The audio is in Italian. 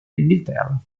inghilterra